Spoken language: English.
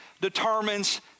determines